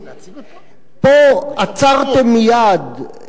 פה עצרתם מייד,